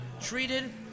treated